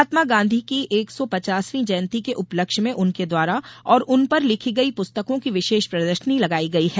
महात्मा गॉधी की एक सौ पचासवीं जयंती के उपलक्ष्य में उनके द्वारा और उन पर लिखी गई पुस्तकों की विशेष प्रदर्शनी लगाई गई है